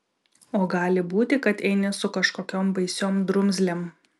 o gali būti kad eini su kažkokiom baisiom drumzlėm